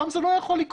שם זה לא יכול לקרות.